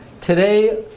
Today